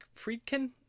Friedkin